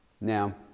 now